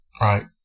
right